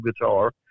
guitar